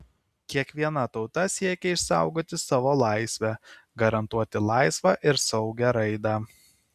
kiekviena tauta siekia išsaugoti savo laisvę garantuoti laisvą ir saugią raidą